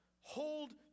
Hold